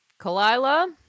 Kalila